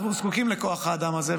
אנחנו זקוקים לכוח האדם הזה.